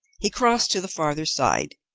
he crossed to the farther side,